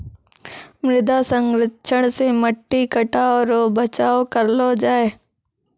मृदा संरक्षण से मट्टी कटाव रो बचाव करलो जाय